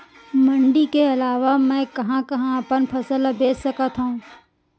मण्डी के अलावा मैं कहाँ कहाँ अपन फसल ला बेच सकत हँव?